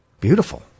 beautiful